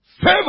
favor